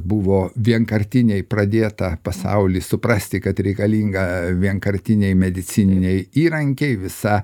buvo vienkartiniai pradėta pasauly suprasti kad reikalinga vienkartiniai medicininiai įrankiai visa